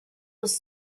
was